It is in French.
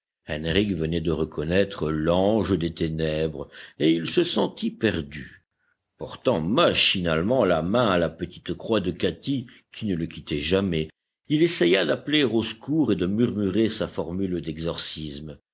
henrich venait de reconnaître l'ange des ténèbres et il se sentit perdu portant machinalement la main à la petite croix de katy qui ne le quittait jamais il essaya d'appeler au secours et de murmurer sa formule d'exorcisme